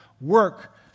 work